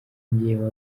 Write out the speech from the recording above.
njyewe